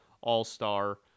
all-star